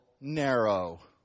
narrow